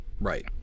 right